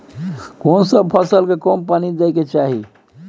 केना सी फसल के कम पानी दैय के चाही?